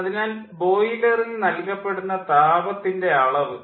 അതിനാൽ ബോയിലറിൽ നൽകപ്പെടുന്ന താപത്തിൻ്റെ അളവ്